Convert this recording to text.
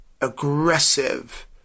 aggressive